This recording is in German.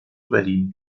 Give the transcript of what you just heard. berlin